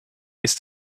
ist